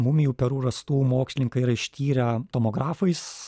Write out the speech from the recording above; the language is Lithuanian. mumijų peru rastų mokslininkai yra ištyrę tomografais